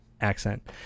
accent